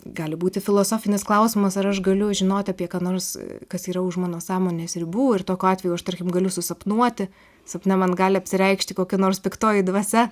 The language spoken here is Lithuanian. gali būti filosofinis klausimas ar aš galiu žinoti apie ką nors kas yra už mano sąmonės ribų ir tokiu atveju aš tarkim galiu susapnuoti sapne man gali apsireikšti kokia nors piktoji dvasia